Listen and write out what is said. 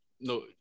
no